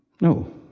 No